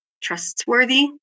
trustworthy